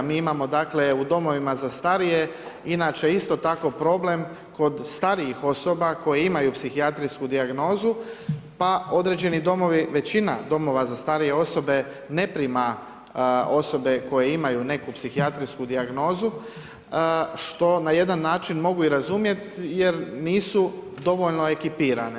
Mi imamo u domovima za starije inače isto tako problem kod starijih osoba koje imaju psihijatrijsku dijagnozu pa određeni domovi, većina domova za starije osobe ne prima osobe koje imaju neku psihijatrijsku dijagnozu, što na jedan način mogu i razumjet jer nisu dovoljno ekipirane.